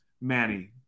manny